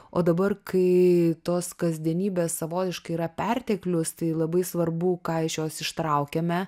o dabar kai tos kasdienybės savotiškai yra perteklius tai labai svarbu ką iš jos ištraukiame